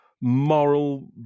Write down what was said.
moral